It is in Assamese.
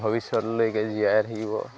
ভৱিষ্যতলৈকে জীয়াই থাকিব